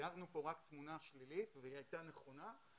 ציירנו כאן רק תמונה שלילית והיא הייתה נכונה.